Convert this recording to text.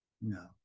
No